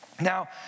Now